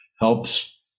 helps